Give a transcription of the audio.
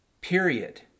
Period